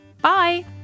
Bye